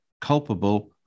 culpable